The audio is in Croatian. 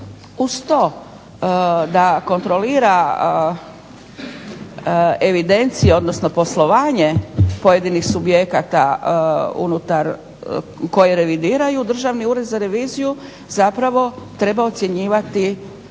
uz to da kontrolira evidencije, odnosno poslovanje pojedinih subjekata unutar koje revidiraju Državni ured za reviziju zapravo treba ocjenjivati